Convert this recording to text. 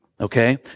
Okay